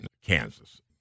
Kansas